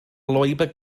lwybr